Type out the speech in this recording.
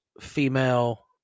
female